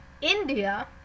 india